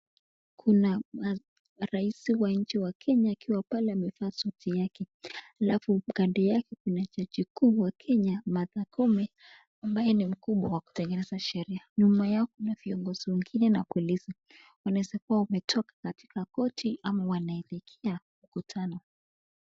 Kuna rais wa nchi wa Kenya akiwa pale amevaa suiti yake. Alafu kando yake kuna jaji kuu wa Kenya, Martha Koome, ambaye ni mkubwa wa kutengeneza sheria. Nyuma yao kuna viongozi wengine na polisi. Wanaweza kuwa wametoka katika koti ama wanaelekea mukutano.